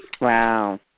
Wow